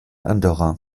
andorra